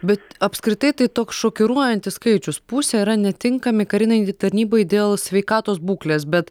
bet apskritai tai toks šokiruojantis skaičius pusė yra netinkami karinei tarnybai dėl sveikatos būklės bet